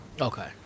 Okay